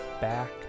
back